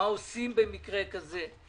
מה עושים במקרה כזה.